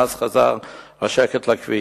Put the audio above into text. ומאז חזר השקט לכביש.